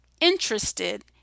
interested